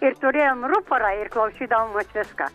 ir turėjom ruporą ir klausydavom vat viską